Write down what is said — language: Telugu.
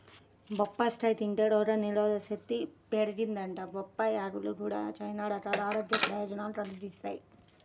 బొప్పాస్కాయ తింటే రోగనిరోధకశక్తి పెరిగిద్దంట, బొప్పాయ్ ఆకులు గూడా చానా రకాల ఆరోగ్య ప్రయోజనాల్ని కలిగిత్తయ్